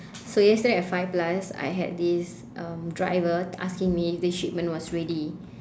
so yesterday at five plus I had this um driver asking me this shipment was ready